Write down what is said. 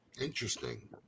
Interesting